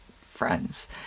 friends